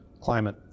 climate